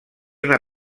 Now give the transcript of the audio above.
una